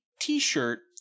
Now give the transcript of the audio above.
t-shirt